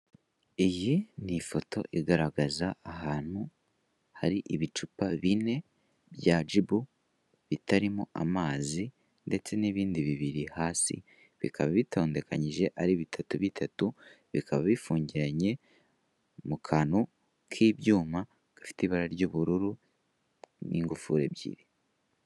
Iyi ni ifoto igaragaza ahantu hari ibicupa bine bya Gibu bitarimo amazi ndetse n'ibindi bibiri hasi, bikaba bitondekanyije ari bitatu bitatu bikaba bifungiranye mu kantu k'ibyuma gafite ibara ry'ubururu n'ingufuri ebyiri.